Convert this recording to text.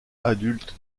adulte